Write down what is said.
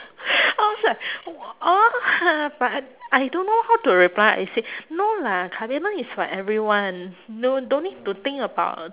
I was like !huh! but I don't know how to reply I say no lah kabedon is like everyone no don't need to think about uh